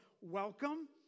welcome